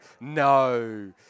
no